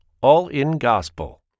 all-in-gospel